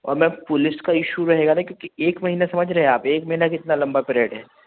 और ma'am police का issue रहेगा ना क्योंकि एक महीना समझ रहे हैं आप एक महीना कितना लंबा पीरियड है